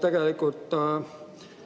Tegelikult